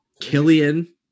Killian